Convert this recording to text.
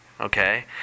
Okay